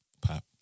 pop